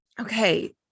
okay